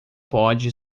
pode